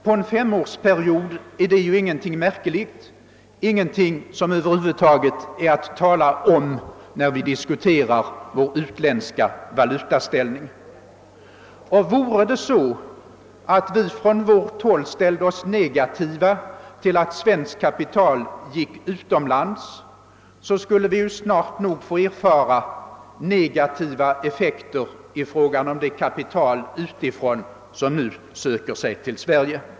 På en femårsperiod är detta inte någonting märkligt eller någonting som man över huvud taget behöver tala om när vi diskuterar vår valutaställning. Om vi ställde oss negativa till att svenskt kapital gick utomlands skulle vi snart nog få erfara negativa effekter i fråga om det kapital utifrån som nu söker sig till Sverige.